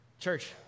Church